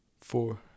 four